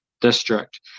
district